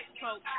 folks